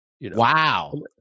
Wow